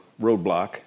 roadblock